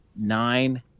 nine